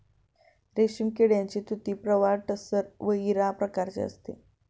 रेशीम किडीची तुती प्रवाळ टसर व इरा प्रकारची असते